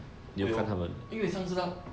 我有因为上次他